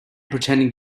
pretending